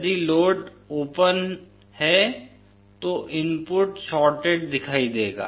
यदि load open है तो इनपुट शॉर्टेड दिखाई देगा